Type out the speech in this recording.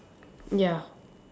ya